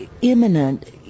imminent